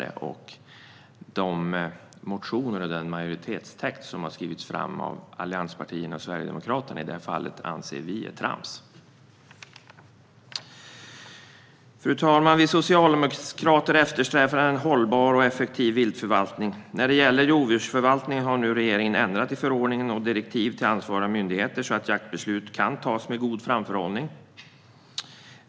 De motioner i frågan och den majoritetstext som allianspartierna och Sverigedemokraterna har skrivit anser vi vara trams. Fru talman! Vi socialdemokrater eftersträvar en hållbar och effektiv viltförvaltning. När det gäller rovdjursförvaltningen har regeringen nu ändrat i förordningen och direktiv till ansvariga myndigheter så att jaktbeslut kan tas med god framförhållning.